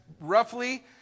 roughly